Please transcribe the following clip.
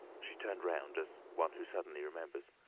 she turned round, as one who suddenly remembers.